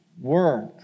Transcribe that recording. work